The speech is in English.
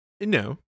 No